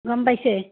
গম পাইছে